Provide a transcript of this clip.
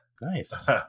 Nice